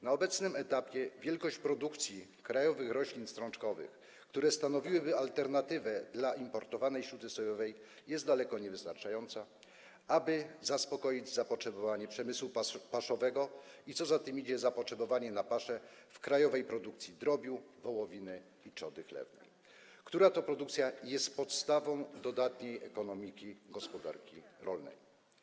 Na obecnym etapie wielkość produkcji krajowych roślin strączkowych, które stanowiłyby alternatywę dla importowanej śruty sojowej, jest daleko niewystarczająca, aby zaspokoić zapotrzebowanie przemysłu paszowego i, co za tym idzie, zapotrzebowanie na paszę w krajowej produkcji drobiu, wołowiny i trzody chlewnej, która to produkcja jest podstawą dodatniej ekonomiki w zakresie gospodarki rolnej.